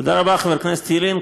תודה רבה, חבר הכנסת ילין.